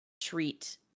treat